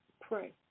pray